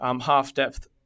half-depth